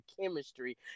chemistry